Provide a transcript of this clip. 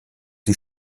die